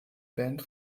band